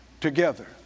Together